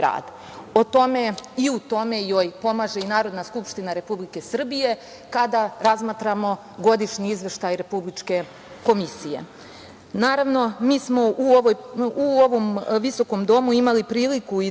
i u tome joj pomaže i Narodna skupština Republike Srbije kada razmatramo godišnji izveštaj Republičke komisije. Naravno, mi smo u ovom visokom Domu imali priliku da